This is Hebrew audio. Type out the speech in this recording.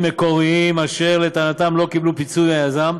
מקוריים אשר לטענתם לא קיבלו פיצוי מהיזם,